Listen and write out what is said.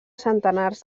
centenars